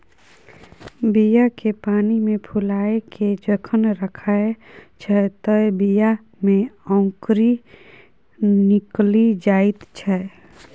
बीया केँ पानिमे फुलाए केँ जखन राखै छै तए बीया मे औंकरी निकलि जाइत छै